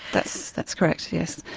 that's that's correct, yes.